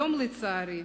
היום, לצערי,